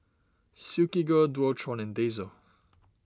Silkygirl Dualtron and Daiso